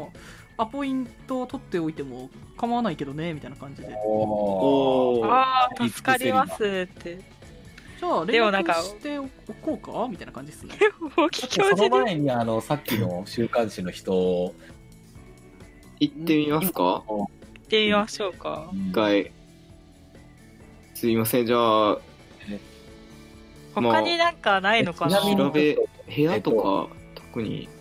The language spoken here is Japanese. アポイントを取っておいても構わないけどね、みたいな感じで。おー。おー。あー、助かりますって。 じゃあ連絡でもなんか、しておこうか？みたいな感じっすね。でも、大木教授- その前に、あの、さっきの週刊誌の人を。行ってみますか？うん。行ってみましょうか。うん。一回。すいません、じゃあ。え。他にまあ。なんかないのかな。え。調べ、部- 部屋とか、特に。